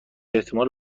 احتمالی